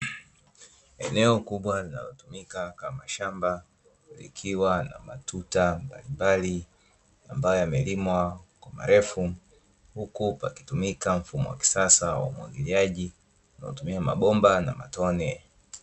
Eneo kubwa linalotumika kama shamba, likiwa na matuta mbalimbali ambayo yamelimwa kwa marefu, huku pakitumika mfumo wa kisasa wa umwagiliaji unaotumia mabomba na matone.